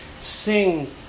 sing